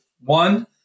One-